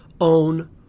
own